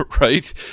right